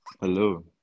Hello